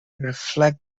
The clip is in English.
reflect